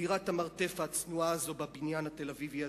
בדירת המרתף הצנועה הזאת בבניין התל-אביבי הזה,